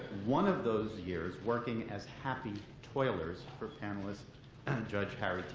one of those years working as happy toilers for panelist and judge harry t.